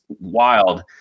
wild